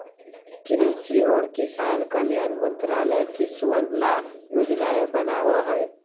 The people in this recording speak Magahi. कृषि और किसान कल्याण मंत्रालय किसनवन ला योजनाएं बनावा हई